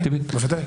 בוודאי.